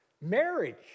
marriage